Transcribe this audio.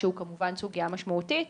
שהוא כמובן סוגייה משמעותית,